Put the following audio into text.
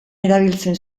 erabiltzen